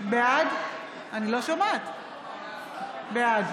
אינו נוכח